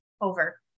over